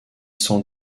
sans